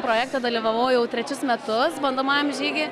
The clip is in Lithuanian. projekte dalyvavau jau trečius metus bandomajam žygy